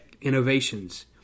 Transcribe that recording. innovations